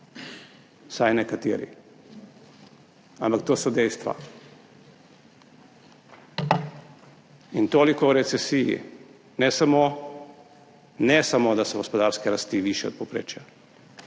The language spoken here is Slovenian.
vsaj nekateri, ampak to so dejstva. In toliko o recesiji. Ne samo, ne samo da so gospodarske rasti višje od povprečja,